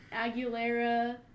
Aguilera